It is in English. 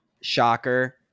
shocker